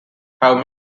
have